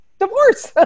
divorce